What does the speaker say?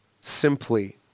simply